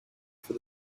for